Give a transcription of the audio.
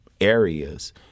areas